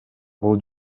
бул